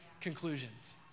conclusions